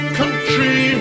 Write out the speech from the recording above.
country